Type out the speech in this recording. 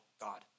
God